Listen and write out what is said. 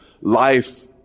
life